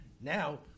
now